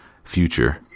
future